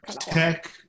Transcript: tech